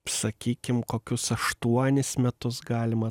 sakykim kokius aštuonis metus galima